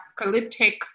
apocalyptic